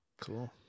cool